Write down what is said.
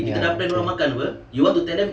ya okay